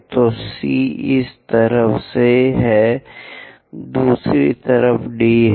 तो C इस तरफ है दूसरी तरफ D है